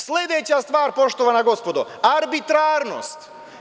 Sledeća stvar, poštovana gospodo, arbitrarnost.